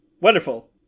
Wonderful